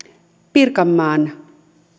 pirkanmaan